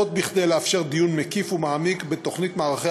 זאת כדי לאפשר דיון מקיף ומעמיק בתוכנית מערכי